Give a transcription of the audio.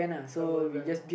the BoyBand